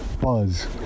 buzz